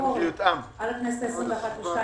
הביקורת על הכנסת ה-21 ו-22